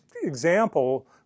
example